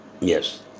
yes